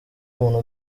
muntu